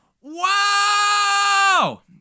Wow